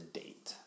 date